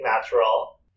natural